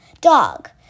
dog